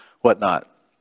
whatnot